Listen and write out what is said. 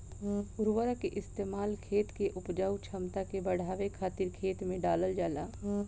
उर्वरक के इस्तेमाल खेत के उपजाऊ क्षमता के बढ़ावे खातिर खेत में डालल जाला